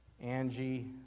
Angie